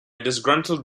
disgruntled